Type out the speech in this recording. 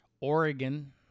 Oregon